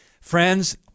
Friends